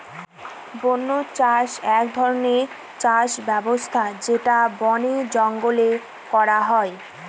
বন্য চাষ এক ধরনের চাষ ব্যবস্থা যেটা বনে জঙ্গলে করা হয়